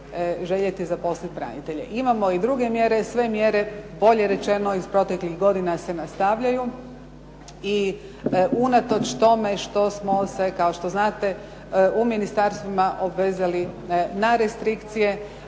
željeti zaposliti branitelje. Imamo i druge mjere. Sve mjere bolje rečeno iz proteklih godina se nastavljaju i unatoč tome što smo se kao što znate u ministarstvima obavezali na restrikcije